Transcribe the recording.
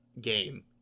game